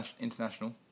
international